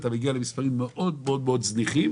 אתה מגיע למספרים מאוד זניחים,